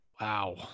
Wow